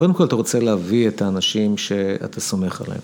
קודם כל אתה רוצה להביא את האנשים שאתה סומך עליהם.